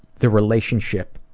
the relationship